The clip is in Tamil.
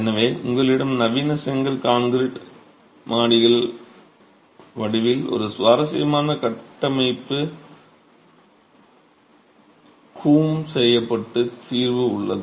எனவே உங்களிடம் நவீன செங்கல் கான்கிரீட் மாடிகள் வடிவில் ஒரு சுவாரஸ்யமான கட்டமைப்பு கூம் செயல்பாட்டு தீர்வு உள்ளது